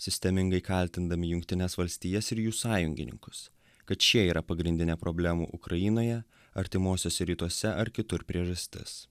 sistemingai kaltindami jungtines valstijas ir jų sąjungininkus kad šie yra pagrindinė problemų ukrainoje artimuosiuose rytuose ar kitur priežastis